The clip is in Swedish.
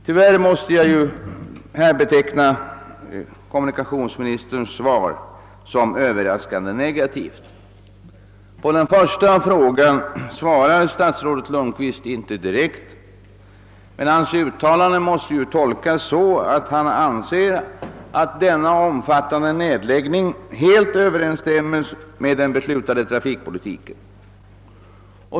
Tyvärr måste jag beteckna kommunikationsministerns svar som överraskande negativt. På den första frågan svarar statsrådet Lundkvist inte direkt, men hans uttalanden måste tolkas så, att han anser att denna omfattande nedläggning helt överensstämmer med den beslutade trafikpolitiken.